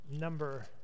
number